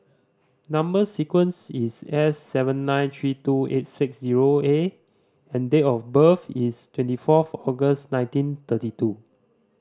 number sequence is S seven nine three two eight six zero A and date of birth is twenty fourth August nineteen thirty two